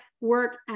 work